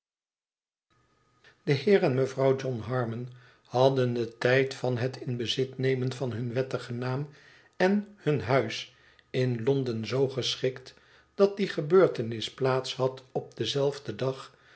de heer en mevrouw john harmon hadden den tijd van het in bezit nemen van hun wettigen naam en hun huis in londen zoo geschikt dat die gebeurtenis plaats had op denzelfden dag